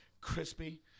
crispy